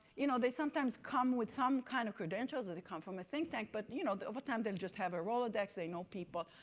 you know they sometimes come with some kind of credentials, or they come from a think tank. but you know over time, they'll just have a rolodex, they know people,